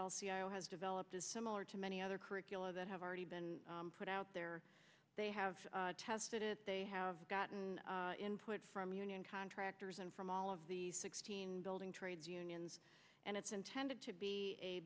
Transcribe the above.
cio has developed is similar to many other curricula that have already been put out there they have tested it they have gotten input from union contractors and from all of the sixteen building trades unions and it's intended to be a